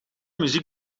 muziek